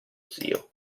zio